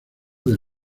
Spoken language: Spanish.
del